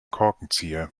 korkenzieher